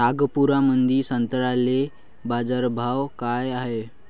नागपुरामंदी संत्र्याले बाजारभाव काय हाय?